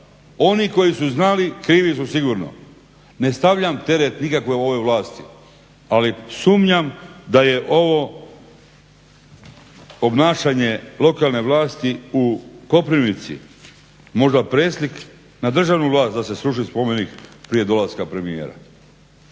oni koji su znali krivi su sigurno. Ne stavljam teret nikakvi ovoj vlasti, ali sumnjam da je ovo obnašanje lokalne vlasti u Koprivnici možda preslik na državnu vlast da se sruši spomenik prije dolaska premijera.